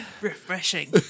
Refreshing